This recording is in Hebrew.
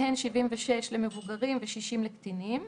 מהן 76 למבוגרים ו-60 לקטינים.